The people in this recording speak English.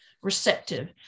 receptive